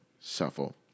Shuffle